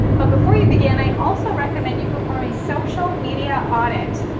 but before you begin, i also recommend you perform a social media audit.